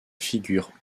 figure